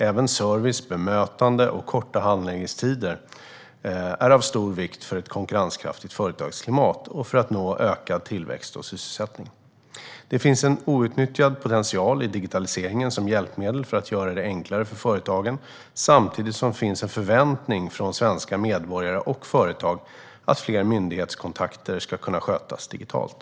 Även service, bemötande och korta handläggningstider är av stor vikt för ett konkurrenskraftigt företagsklimat och för att nå ökad tillväxt och sysselsättning. Det finns en outnyttjad potential i digitaliseringen som hjälpmedel för att göra det enklare för företagen samtidigt som det finns en förväntning från svenska medborgare och företag att fler myndighetskontakter ska kunna skötas digitalt.